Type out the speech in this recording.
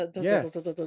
Yes